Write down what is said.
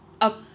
up